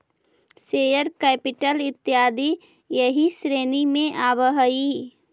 share capital इत्यादि एही श्रेणी में आवऽ हई